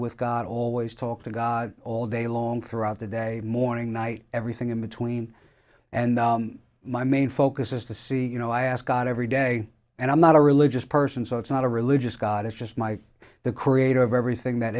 with god always talk to god all day long throughout the day morning night everything in between and my main focus is to see you know i ask god every day and i'm not a religious person so it's not a religious god it's just my the creator of everything that